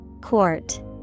Court